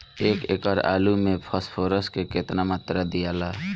एक एकड़ आलू मे फास्फोरस के केतना मात्रा दियाला?